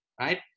right